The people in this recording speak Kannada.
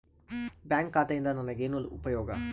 ಬ್ಯಾಂಕ್ ಖಾತೆಯಿಂದ ನನಗೆ ಏನು ಉಪಯೋಗ?